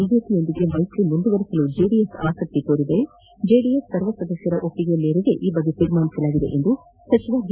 BJP ಜೊತೆ ಮೈತ್ರಿ ಮುಂದುವರಿಸಲು ಜೆಡಿಎಸ್ ಆಸಕ್ತಿ ತೋರಿದೆ ಜೆಡಿಎಸ್ ಸರ್ವ ಸದಸ್ಯರ ಒಪ್ಪಿಗೆ ಮೇರೆಗೆ ಈ ಬಗ್ಗೆ ತೀರ್ಮಾನಿಸಲಾಗಿದೆ ಎಂದು ಸಚಿವ ಜಿ